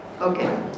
Okay